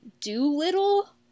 Doolittle